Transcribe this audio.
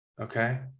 Okay